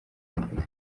mbere